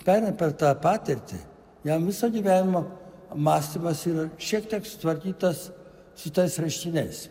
pereina per tą patirtį jam visą gyvenimą mąstymas yra šiek tiek sutvarkytas su tais rašiniais